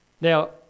Now